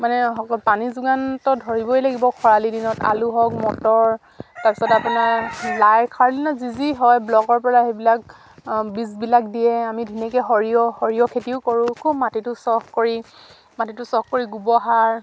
মানে অকল পানী যোগানটো ধৰিবই লাগিব খৰালি দিনত আলু হওক মটৰ তাৰপিছত আপোনাৰ লাই খৰালি দিনত যি যি হয় ব্লকৰ পৰা সেইবিলাক বীজবিলাক দিয়ে আমি ধুনীয়াকে সৰিয়হ সৰিয়হ খেতিও কৰোঁ খুব মাটিটো চহ কৰি মাটিটো চহ কৰি গোবৰ সাৰ